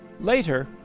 Later